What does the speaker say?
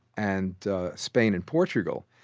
and spain, and portugal,